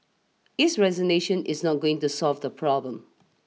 his resignation is not going to solve the problem